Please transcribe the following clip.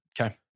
Okay